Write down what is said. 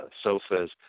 sofas